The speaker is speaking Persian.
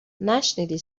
نشنیدی